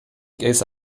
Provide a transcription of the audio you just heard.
ist